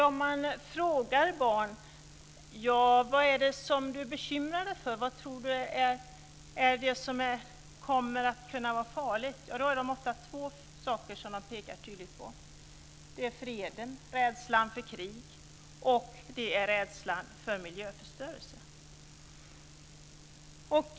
Om man frågar barn vad det är som de bekymrar sig för, vad de tror kommer att kunna vara farligt, är det ofta två saker som de pekar tydligt på: rädslan för krig och rädslan för miljöförstörelse.